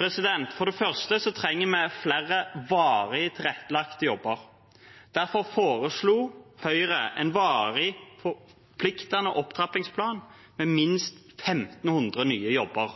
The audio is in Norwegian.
For det første trenger vi flere varig tilrettelagte jobber. Derfor foreslo Høyre en varig, forpliktende opptrappingsplan med minst 1 500 nye jobber.